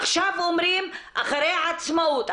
עכשיו אומרים אחרי העצמאות.